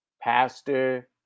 pastor